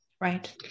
Right